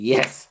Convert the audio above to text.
Yes